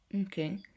okay